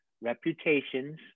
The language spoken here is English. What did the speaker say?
reputations